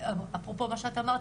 אפרופו מה שאת אמרת,